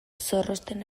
zorrozten